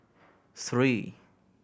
three